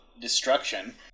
destruction